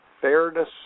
FAIRNESS